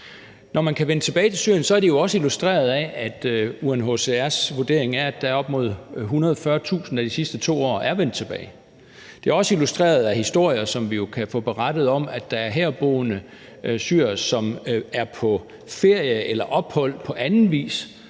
Når man kan vende tilbage til Syrien, er det jo også illustreret af, at UNHCR's vurdering er, at der er op imod 140.000, der i de sidste 2 år er vendt tilbage. Det er også illustreret af historier, som vi kan få berettet om, at der er herboende syrere, som er på ferie eller ophold på anden vis